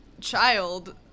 child